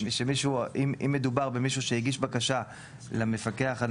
שאם מדובר במישהו שהגיש בקשה למפקח על